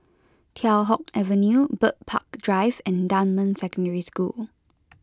Teow Hock Avenue Bird Park Drive and Dunman Secondary School